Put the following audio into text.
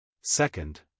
Second